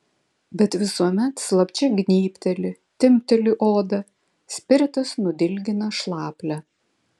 bet visuomet slapčia gnybteli timpteli odą spiritas nudilgina šlaplę